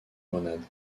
grenade